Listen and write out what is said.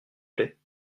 plait